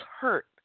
hurt